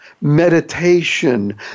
meditation